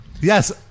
Yes